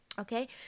Okay